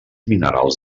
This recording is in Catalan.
minerals